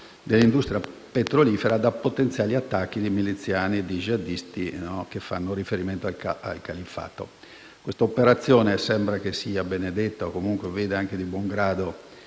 dell'industria petrolifera da potenziali attacchi di miliziani e di jihadisti che fanno riferimento al califfato. Questa operazione sembra che sia benedetta o comunque veda di buon grado,